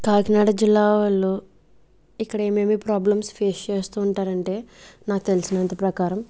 కాకినాడ జిల్లాలో ఇక్కడ ఏమేమి ప్రాబ్లమ్స్ ఫేస్ చేస్తూ ఉంటారంటే నాకు తెలిసినంత ప్రకారం